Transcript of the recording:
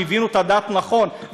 שהבינו את הדת נכון,